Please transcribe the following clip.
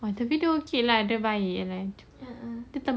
ah tapi dia orang okay lah dia baik !alah!